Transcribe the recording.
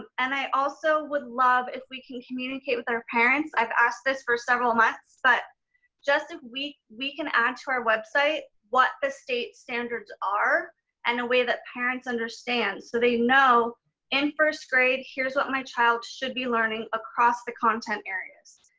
and i also would love if we can communicate with our parents, i've asked this for several months, but just so we can add to our website what the state standards are in and a way that parents understand. so they know in first grade, here's what my child should be learning across the content areas.